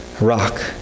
rock